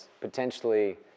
potentially